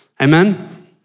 Amen